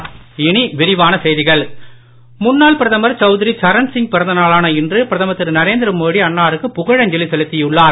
மோடிசரண்சிங் முன்னாள்பிரதமர்சௌத்திரிசரண்சிங்பிறந்தநாளானஇன்றுபிரதமர் நரேந்திரமோடிஅன்னாருக்குபுகழஞ்சலிசெலுத்தியுள்ளார்